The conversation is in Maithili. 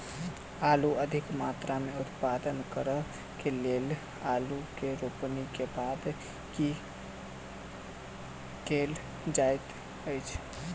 आलु अधिक मात्रा मे उत्पादन करऽ केँ लेल आलु केँ रोपनी केँ बाद की केँ कैल जाय सकैत अछि?